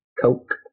Coke